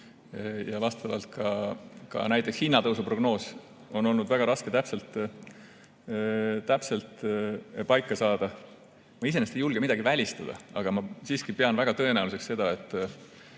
ette näha. Ja nii on ka hinnatõusu prognoosi olnud väga raske täpselt paika saada. Ma iseenesest ei julge midagi välistada, aga ma siiski pean väga tõenäoliseks seda, et